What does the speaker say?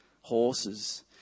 horses